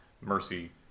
Mercy